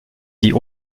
die